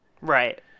right